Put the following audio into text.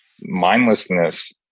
mindlessness